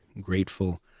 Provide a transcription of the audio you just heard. grateful